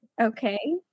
okay